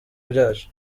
byacu